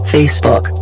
Facebook